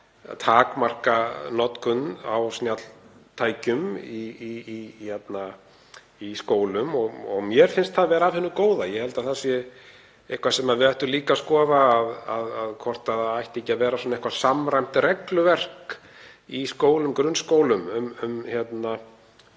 takmarka notkun á snjalltækjum í skólum. Mér finnst það vera af hinu góða. Ég held að það sé eitthvað sem við ættum líka að skoða, hvort ekki ætti að vera eitthvert samræmt regluverk í grunnskólum um